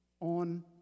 on